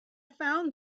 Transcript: found